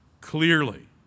clearly